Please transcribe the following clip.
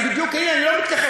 אני לא מתכחש,